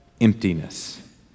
emptiness